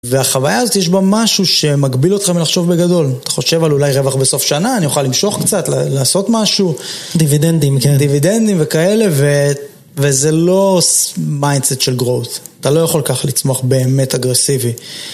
והחוויה הזאת, יש בה משהו שמגביל אותך מלחשוב בגדול. אתה חושב על אולי רווח בסוף שנה, אני אוכל למשוך קצת, לעשות משהו. -דיווידנדים, כן. -דיווידנדים וכאלה, וזה לא מיינדסט של growth. אתה לא יכול ככה לצמוח באמת אגרסיבי.